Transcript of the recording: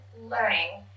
learning